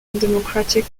democratic